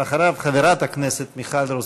אחריו, חברת הכנסת מיכל רוזין.